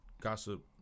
Gossip